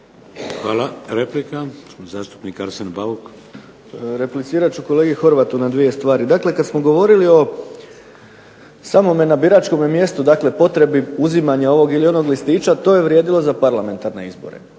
Arsen Bauk. **Bauk, Arsen (SDP)** Replicirat ću kolegi Horvatu na dvije stvari. Dakle, kad smo govorili o samome na biračkome mjestu, dakle potrebi uzimanja ovog ili onog listića to je vrijedilo za parlamentarne izbore.